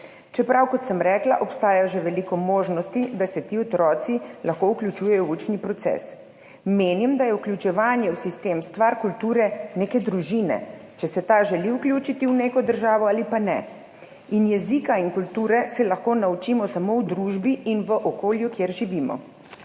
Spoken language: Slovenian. čeprav, kot sem rekla, obstaja že veliko možnosti, da se ti otroci lahko vključujejo v učni proces. Menim, da je vključevanje v sistem stvar kulture neke družine, če se ta želi vključiti v neko državo ali pa ne. Jezika in kulture se lahko naučimo samo v družbi in v okolju, kjer živimo.